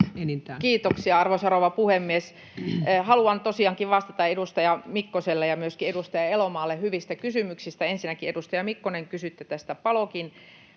Kiitoksia, arvoisa rouva puhemies! Haluan tosiaankin vastata edustaja Mikkosen ja myöskin edustaja Elomaan hyviin kysymyksiin. Ensinnäkin, edustaja Mikkonen, kysyitte tästä Palokin